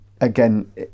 again